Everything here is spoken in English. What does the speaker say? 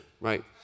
right